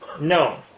No